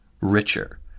richer